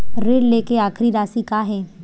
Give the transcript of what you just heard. ऋण लेके आखिरी राशि का हे?